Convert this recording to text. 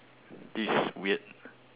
this is weird